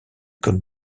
comme